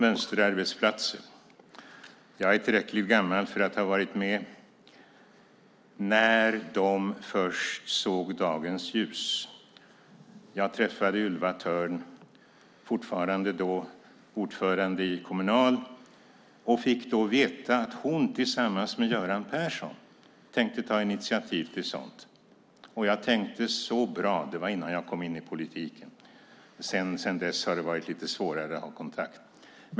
Herr talman! Jag är tillräckligt gammal för att ha varit med när mönsterarbetsplatserna först såg dagens ljus. Jag träffade Ylva Thörn, fortfarande ordförande i Kommunal, och fick då veta att hon tillsammans med Göran Persson tänkte ta initiativ till sådant. Jag tänkte: Så bra! Det var innan jag kom in i politiken. Sedan dess har det varit lite svårare att ha kontakt.